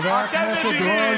חבר הכנסת רול,